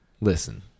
Listen